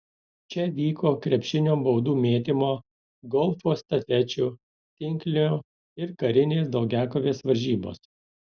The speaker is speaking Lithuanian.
čia vyko krepšinio baudų mėtymo golfo estafečių tinklinio ir karinės daugiakovės varžybos